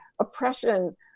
oppression